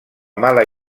mala